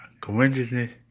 coincidence